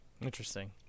Interesting